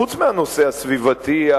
חוץ מהנושא הסביבתי,